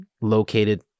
located